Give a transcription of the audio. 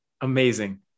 Amazing